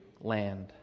land